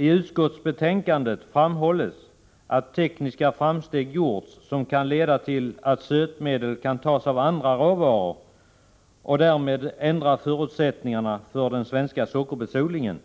I utskottsbetänkandet framhålls att tekniska framsteg gjorts, som kan leda till att sötmedel kan tas av andra råvaror och därmed ändra förutsättningarna för den svenska sockerbetsodlingen.